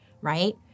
right